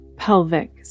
pelvic